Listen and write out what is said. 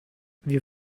wir